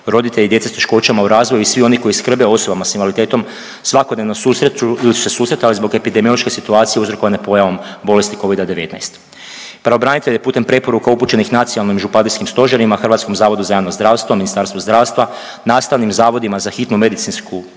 roditelji djece s teškoćama u razvoju i svi oni koji skrbe o osobama s invaliditetom svakodnevno se susretali zbog epidemiološke situacije uzrokovane pojavom bolesti Covida-19. Pravobranitelj je putem preporuka upućenih nacionalnim županijskim stožerima, HZJZ-u, Ministarstvu zdravstva, nastavnim zavodima za hitnu medicinu